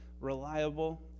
reliable